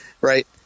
right